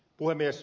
puhemies